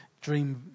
dream